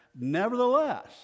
Nevertheless